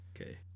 Okay